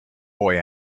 boy